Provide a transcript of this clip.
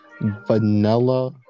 vanilla